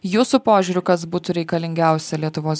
jūsų požiūriu kas būtų reikalingiausia lietuvos